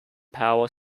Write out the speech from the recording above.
power